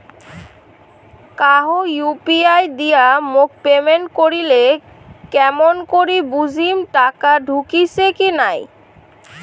কাহো ইউ.পি.আই দিয়া মোক পেমেন্ট করিলে কেমন করি বুঝিম টাকা ঢুকিসে কি নাই?